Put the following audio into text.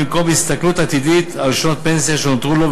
במקום הסתכלות עתידית על שנות הפנסיה שנותרו לו,